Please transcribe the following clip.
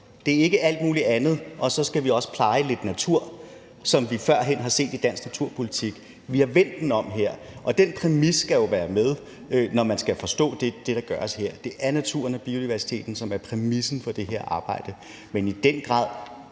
Det er ikke alt muligt andet. Og så skal vi også pleje lidt natur, som vi førhen har set det i dansk naturpolitik. Vi har vendt den om her, og den præmis skal jo være med, når man skal forstå det, der gøres her. Det er naturen og biodiversiteten, som er præmissen for det her arbejde. Men brede